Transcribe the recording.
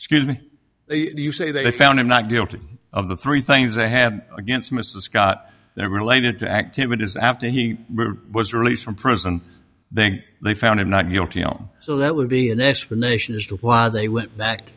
excuse me you say they found him not guilty of the three things they have against mr scott they're related to activities after he was released from prison then they found him not guilty on so that would be an explanation as to why they went back